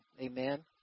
Amen